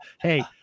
Hey